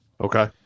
Okay